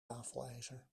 wafelijzer